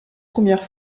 première